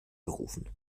berufen